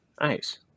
Nice